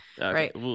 Right